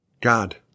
God